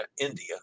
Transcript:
India